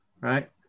Right